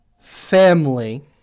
family